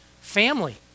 family